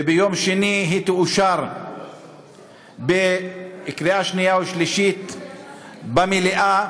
וביום שני היא תאושר בקריאה שנייה ושלישית במליאה,